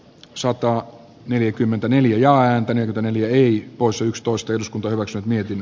sota neljäkymmentäneljä ääntä neljä poissa yksitoista jos kaivokset mietin